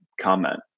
comment